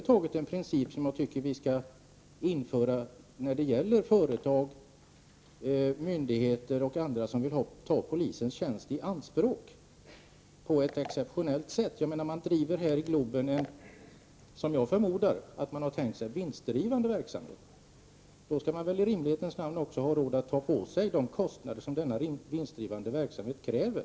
Jag anser att vi skall införa den principen när det gäller företag, myndigheter och andra som vill ta polisens tjänster i anspråk på ett exceptionellt sätt. Jag förmodar att man har tänkt sig att driva en vinstgivande verksamhet i Globen. Då skall man väl i rimlighetens namn också ha råd att ta på sig de kostnader som denna vinstdrivande verksamhet kräver.